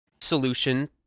solution